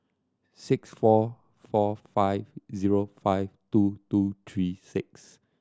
six four four five zero five two two three six